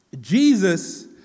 Jesus